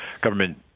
government